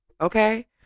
okay